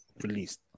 released